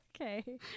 okay